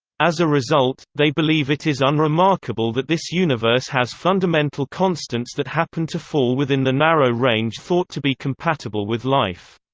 as a result, they believe it is unremarkable that this universe has fundamental constants that happen to fall within the narrow range thought to be compatible with life.